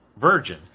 Virgin